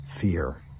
fear